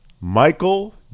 Michael